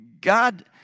God